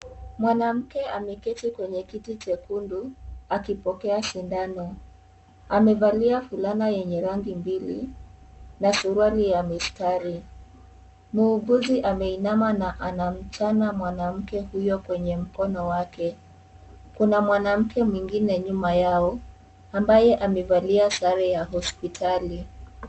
Mwanamke ameketi kwenye kiti chekundu, akipokea sindano. Amevalia fulana yenye rangi mbili, na suruali ya mistari. Muuguzi ameinama na anamchana mwanamke huyo kwenye mkono wake. Kuna mwanamke mwingine nyuma yao, ambaye amevalia sare ya hospitali.